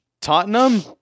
Tottenham